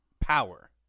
power